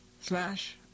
Slash